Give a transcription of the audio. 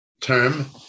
term